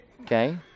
okay